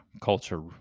culture